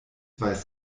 weiß